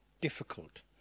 difficult